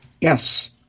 Yes